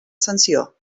sanció